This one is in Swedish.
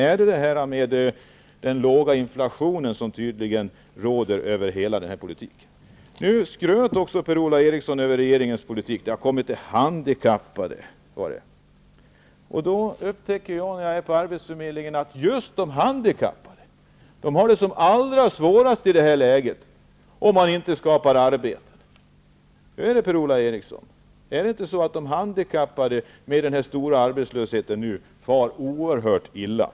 Är det målet en låg inflation som tydligen får råda över hela politiken? Nu skröt Per-Ola Eriksson över att regeringens politik kommer de handikappade till del. Jag har på arbetsförmedlingen upptäckt att just de handikappade har det som allra svårast i detta läge om man inte skapar arbete. Far inte de handikappade oerhört illa framöver med denna stora arbetslöshet, Per-Ola Eriksson?